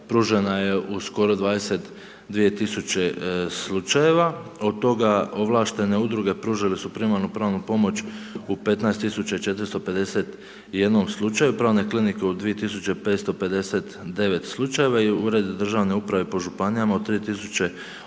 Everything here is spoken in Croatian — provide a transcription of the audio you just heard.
pružena je u skoro 22 000 slučajeva, od toga ovlaštene udruge pružile su primarnu pravnu pomoć u 15 451 slučaju, pravne klinike u 2559 slučajeva i ured državne uprave po županijama u 3829